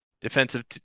defensive –